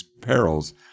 perils